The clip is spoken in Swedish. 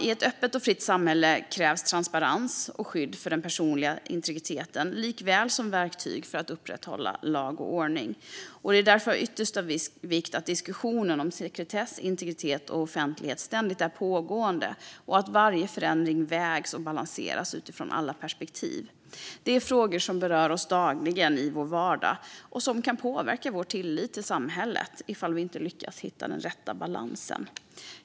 I ett öppet och fritt samhälle krävs transparens och skydd för den personliga integriteten likaväl som verktyg för att upprätthålla lag och ordning. Det är därför av yttersta vikt att diskussionen om sekretess, integritet och offentlighet ständigt är pågående och att varje förändring vägs och balanseras utifrån alla perspektiv. Detta är frågor som berör oss dagligen i vår vardag, och det kan påverka vår tillit till samhället ifall vi inte lyckas hitta den rätta balansen.